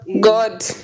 God